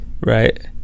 right